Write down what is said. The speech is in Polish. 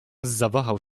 zawahał